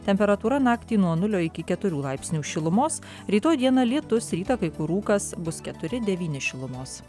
temperatūra naktį nuo nulio iki keturių laipsnių šilumos rytoj dieną lietus rytą kai kur rūkas bus keturi devyni šilumos